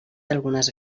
algunes